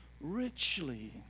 richly